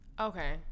Okay